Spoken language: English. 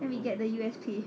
then we get the U_S_P